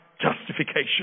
justification